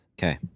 Okay